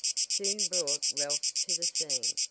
soon brought ralph to the scene.